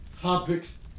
topics